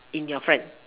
in your friend